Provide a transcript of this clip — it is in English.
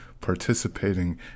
participating